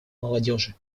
молодежи